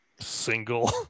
single